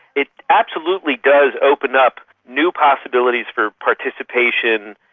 it absolutely does open up new possibilities for participation,